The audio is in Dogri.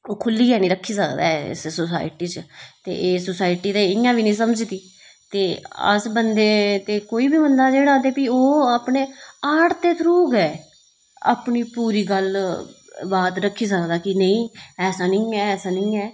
खुल्लियै निं रक्खी सकदा ऐ इस सोसाइटी च ते सोसाइटी इयां बी निं समझदी ते अस बंदे ते कोई बी बंदा ओह् आर्ट दे थ्रू अपनी पूरी गल्ल बात रक्खी सकदा कि ऐसी गल्ल निं ऐ ऐसी गल्ल निं ऐ